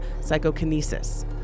psychokinesis